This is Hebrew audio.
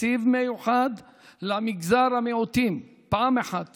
תקציב מיוחד למגזר המיעוטים, פעם אחת